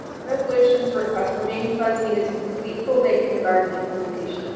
resolution to request remaining funds needed to complete full day kindergarten implementation